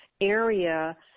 area